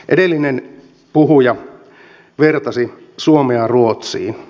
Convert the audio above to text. edellinen puhuja vertasi suomea ruotsiin